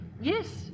Yes